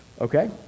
Okay